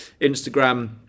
Instagram